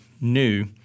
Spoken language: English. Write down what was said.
new